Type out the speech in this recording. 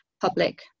public